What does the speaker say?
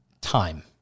Time